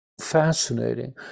fascinating